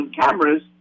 cameras